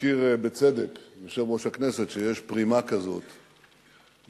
הזכיר בצדק יושב-ראש הכנסת שיש פרימה כזאת באזורנו,